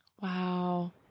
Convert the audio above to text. Wow